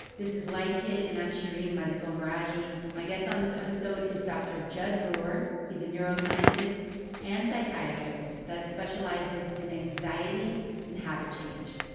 this is life kit, and i'm shereen marisol meraji. my guest on this episode is dr. jud brewer. he's a neuroscientist and psychiatrist that specializes in anxiety and habit change.